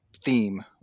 theme